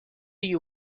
you